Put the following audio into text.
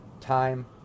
time